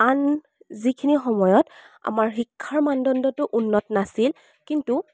আন যিখিনি সময়ত আমাৰ শিক্ষাৰ মানদণ্ডটো উন্নত নাছিল কিন্তু